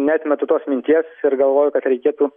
neatmetu tos minties ir galvoju kad reikėtų